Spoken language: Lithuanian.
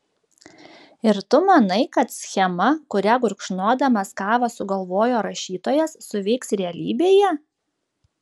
ir tu manai kad schema kurią gurkšnodamas kavą sugalvojo rašytojas suveiks realybėje